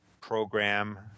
program